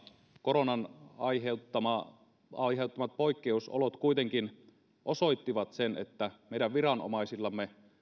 koronan aiheuttamat aiheuttamat poikkeusolot kuitenkin osoittivat sen että meidän viranomaisillamme